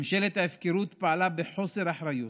ממשלת ההפקרות פעלה בחוסר אחריות,